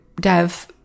Dev